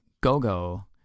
Gogo